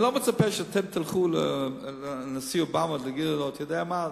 אני לא מצפה שאתם תלכו לנשיא אובמה ותגידו לו: אתה יודע מה?